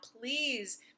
please